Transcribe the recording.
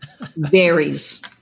varies